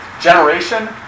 Generation